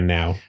now